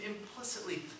implicitly